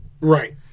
Right